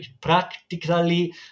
practically